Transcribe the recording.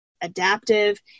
adaptive